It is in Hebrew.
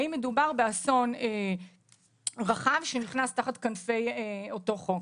האם מדובר באסון רחב שנכנס תחת כנפי אותו חוק.